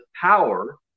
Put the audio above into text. power